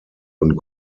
und